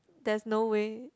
there's no way